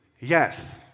Yes